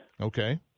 Okay